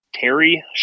Terry